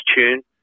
tune